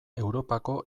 europako